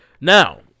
Now